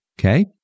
Okay